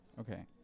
Okay